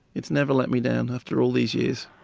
it's never let me down after all these years